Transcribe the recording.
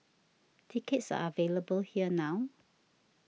tickets are available here now